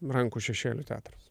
rankų šešėlių teatras